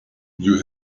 you